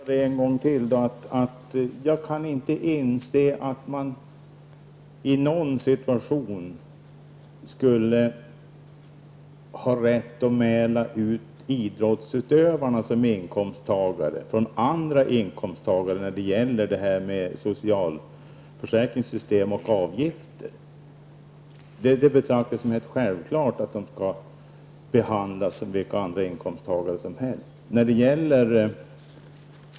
Herr talman! Jag upprepar än en gång då, att jag inte kan inse att man i någon situation skulle ha rätt att mäla ut idrottsutövarna som inkomsttagare från andra inkomsttagare när det gäller socialförsäkringssystemet och avgifterna till det. Jag betraktar det som helt självklart att de skall behandlas som vilka andra inkomsttagare som helst.